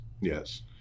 Yes